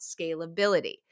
scalability